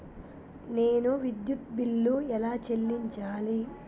నేను విద్యుత్ బిల్లు ఎలా చెల్లించాలి?